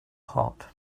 hot